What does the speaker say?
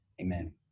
Amen